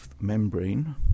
membrane